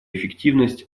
эффективность